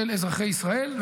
של אזרחי ישראל,